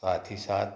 साथ ही साथ